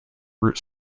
root